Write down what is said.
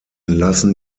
lassen